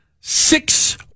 Six